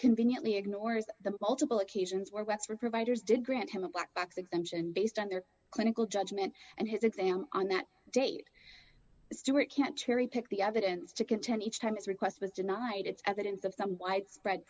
conveniently ignores the multiple occasions where webster providers did grant him a black execution based on their clinical judgment and his exam on that date stewart can't cherry pick the evidence to contend each time it's request was denied it's evidence of some widespread